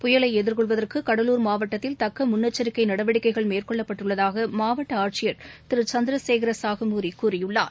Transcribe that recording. புயலைஎதிர்கொள்வதற்குகடலூர் மாவட்டத்தில் தக்கமுன்னெச்சரிக்கைநடவடிக்கைகள் மேற்கொள்ளப்பட்டுள்ளதாகமாவட்டஆட்சியர் திருசந்திரசேகரசாஹமவுரி கூறியுள்ளார்